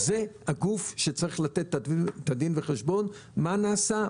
זה הגוף שצריך לתת את הדין וחשבון על מה נעשה,